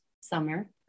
summer